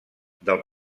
del